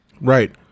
Right